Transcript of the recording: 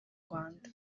rwanda